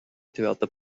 throughout